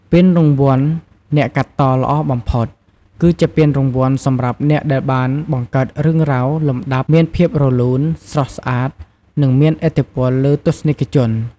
ពានរង្វាន់អ្នកកាត់តល្អបំផុត គឺជាពានរង្វាន់សម្រាប់អ្នកដែលបានបង្កើតរឿងរ៉ាវ លំដាប់ មានភាពរលូន ស្រស់ស្អាត និងមានឥទ្ធិពលលើទស្សនិកជន។